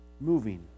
moving